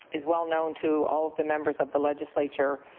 is well known to all of the members of the legislature.